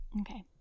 Okay